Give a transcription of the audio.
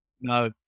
No